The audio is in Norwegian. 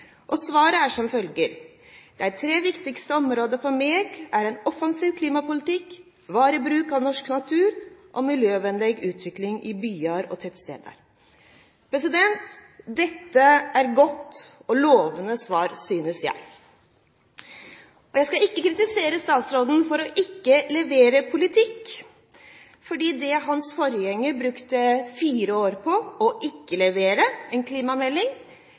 Svaret er bl.a. som følger: «Dei tre viktigaste områda for meg er ein offensiv klimapolitikk, varig bruk av norsk natur og miljøvenleg utvikling i byar og tettstader.» Dette er et godt og lovende svar, synes jeg. Jeg skal ikke kritisere statsråden for ikke å levere politikk, for det hans forgjenger brukte fire år på, nemlig ikke å levere en klimamelding